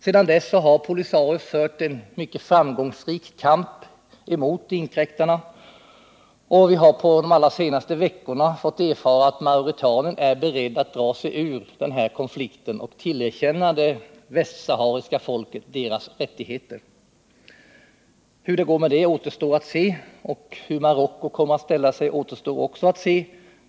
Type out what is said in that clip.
Sedan dess har Polisario fört en mycket framgångsrik kamp emot inkräktarna, och vi har under de allra senaste veckorna fått erfara att Mauretanien är berett att dra sig ur konflikten och tillerkänna det västsahariska folket dess rättigheter. Hur det går med detta återstår att se, och hur Marocko kommer att ställa sig återstår också att se.